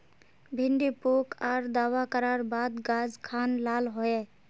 भिन्डी पुक आर दावा करार बात गाज खान लाल होए?